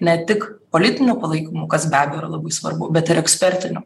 ne tik politiniu palaikymu kas be abejo yra labai svarbu bet ir ekspertiniu